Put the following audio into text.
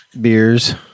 beers